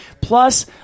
Plus